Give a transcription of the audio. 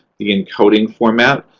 the encoding format,